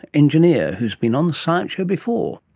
engineer, who has been on the science show before.